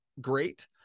great